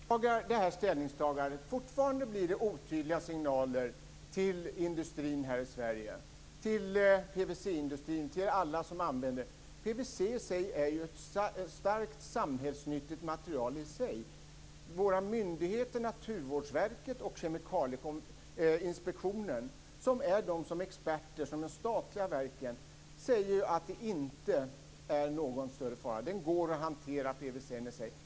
Fru talman! Jag beklagar det här ställningstagandet. Fortfarande blir det otydliga signaler till industrin här i Sverige, till PVC-industrin, till alla som använder PVC. PVC är ju ett starkt samhällsnyttigt material i sig. Våra myndigheter Naturvårdsverket och Kemikalieinspektionen, som är de statliga verk som är experter, säger att det inte är någon större fara, utan PVC går att hantera i sig.